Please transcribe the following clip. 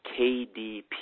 KDP